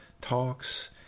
talks